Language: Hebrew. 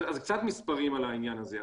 קצת מספרים על העניין הזה.